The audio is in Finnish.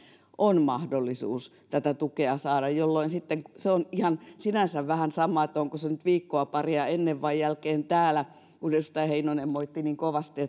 on mahdollisuus tätä tukea saada jolloin sitten se on sinänsä vähän sama onko se nyt viikkoa paria ennen vai jälkeen täällä edustaja heinonen moitti niin kovasti